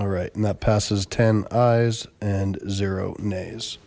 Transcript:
all right and that passes ten eyes and zero nays